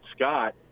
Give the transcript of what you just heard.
Scott